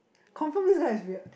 confirm this one is weird